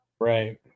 right